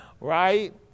Right